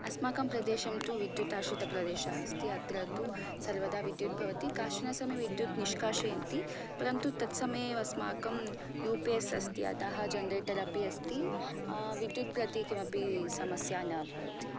अस्माकं प्रदेशं तु विद्युताश्रित प्रदेशः अस्ति अत्र तु सर्वदा विद्युत् भवति काश्चन समये विद्युत् निष्काषयन्ति परन्तु तत् समये एव अस्माकं यू पि एस् अस्ति अतः जन्रेट्र् अपि अस्ति विद्युत् प्रति किमपि समस्या न भवति